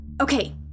Okay